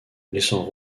laissant